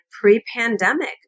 pre-pandemic